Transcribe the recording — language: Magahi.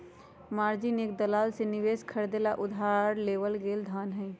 मार्जिन एक दलाल से निवेश खरीदे ला उधार लेवल गैल धन हई